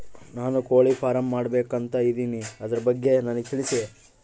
ನಾನು ಕೋಳಿ ಫಾರಂ ಮಾಡಬೇಕು ಅಂತ ಇದಿನಿ ಅದರ ಬಗ್ಗೆ ನನಗೆ ತಿಳಿಸಿ?